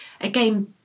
again